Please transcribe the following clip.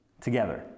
together